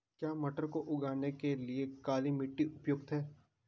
क्या मटर को उगाने के लिए काली मिट्टी उपयुक्त है?